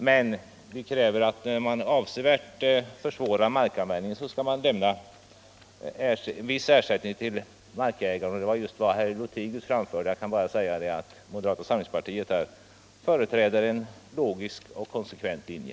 Men vi kräver att man — när man avsevärt försvårar — och skogsvårdslamarkanvändningen — skall lämna viss ersättning till markägaren. Det — gen, m.m. var just vad herr Lothigius anförde. Jag vill bara säga att moderata sam lingspartiet företräder en logisk och konsekvent linje.